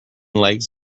legs